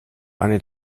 eine